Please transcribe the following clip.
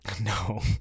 No